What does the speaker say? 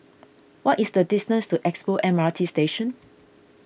what is the distance to Expo M R T Station